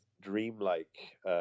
dreamlike